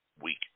week